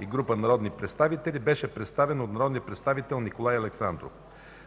и група народни представители, беше представен от народния представител Николай Александров.